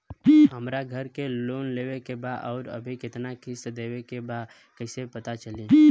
हमरा घर के लोन लेवल बा आउर अभी केतना किश्त देवे के बा कैसे पता चली?